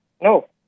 No